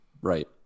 right